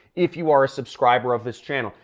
if you are a subscriber of this channel.